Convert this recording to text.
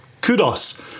kudos